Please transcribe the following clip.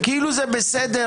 וכאילו זה בסדר,